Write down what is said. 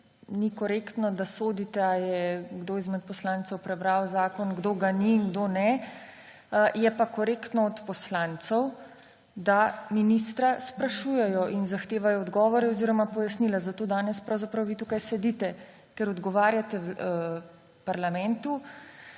ni korektno, da sodite, ali je kdo izmed poslancev prebral zakon, kdo ga je in kdo ne. Je pa korektno od poslancev, da ministra sprašujejo in zahtevajo odgovore oziroma pojasnila, zato danes pravzaprav vi tukaj sedite, ker odgovarjate parlamentu